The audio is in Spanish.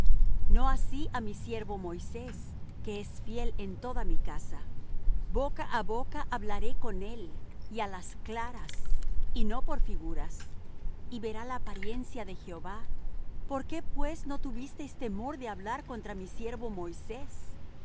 no así á mi siervo moisés que es fiel en toda mi casa boca á boca hablaré con él y á las claras y no por figuras y verá la apariencia de jehová por qué pues no tuvisteis temor de hablar contra mi siervo moisés